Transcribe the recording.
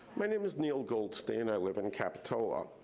my name is neil goldstein. i live in capitola.